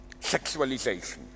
sexualization